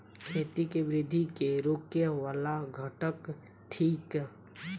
खेती केँ वृद्धि केँ रोकय वला घटक थिक?